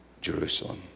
Jerusalem